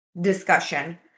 discussion